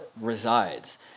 resides